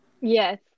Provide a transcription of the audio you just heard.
Yes